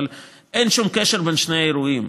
אבל אין שום קשר בין שני האירועים,